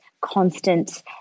constant